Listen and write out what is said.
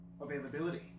availability